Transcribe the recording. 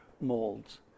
molds